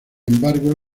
embargo